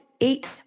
eight